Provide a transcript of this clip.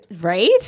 Right